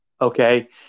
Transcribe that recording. okay